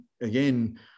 again